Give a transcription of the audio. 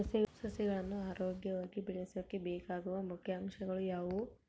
ಸಸಿಗಳನ್ನು ಆರೋಗ್ಯವಾಗಿ ಬೆಳಸೊಕೆ ಬೇಕಾಗುವ ಮುಖ್ಯ ಅಂಶಗಳು ಯಾವವು?